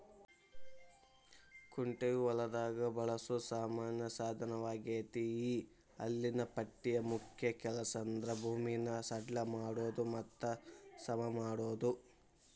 ಕುಂಟೆಯು ಹೊಲದಾಗ ಬಳಸೋ ಸಾಮಾನ್ಯ ಸಾದನವಗೇತಿ ಈ ಹಲ್ಲಿನ ಪಟ್ಟಿಯ ಮುಖ್ಯ ಕೆಲಸಂದ್ರ ಭೂಮಿನ ಸಡ್ಲ ಮಾಡೋದು ಮತ್ತ ಸಮಮಾಡೋದು